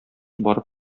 барып